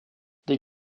des